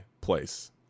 place